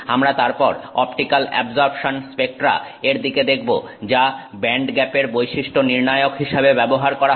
আমরা তারপর optical absorption spectra এর দিকে দেখব যা ব্যান্ডগ্যাপ এর বৈশিষ্ট্য নির্ণায়ক হিসাবে ব্যবহার করা হয়